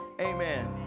amen